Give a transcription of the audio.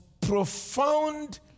profound